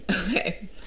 Okay